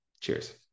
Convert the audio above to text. Cheers